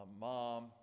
mom